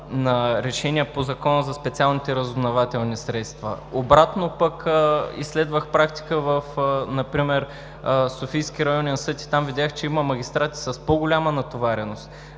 на решения по Закона за специалните разузнавателни средства. Обратно, изследвах практика в Софийския районен съд и там видях, че има магистрати с по-голяма натовареност.